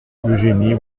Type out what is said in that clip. eugénie